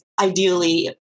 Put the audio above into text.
Ideally